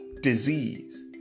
disease